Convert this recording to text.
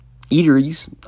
eateries